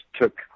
took